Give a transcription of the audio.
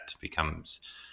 becomes